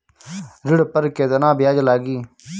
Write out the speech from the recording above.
ऋण पर केतना ब्याज लगी?